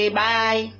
bye